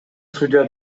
судья